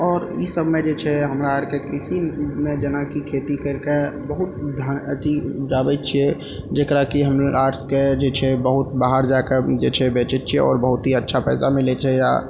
आओर ई सबमे जे छै हमरा आरके कृषिमे जेना कि खेती करिके बहुत धा अथी उपजाबय छियै जकरा कि हमरा आओरके जे छै बहुत बाहर जाके जे छै बेचय छियै आओर बहुत ही अच्छा पैसा मिलय छै आओर